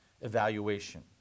evaluation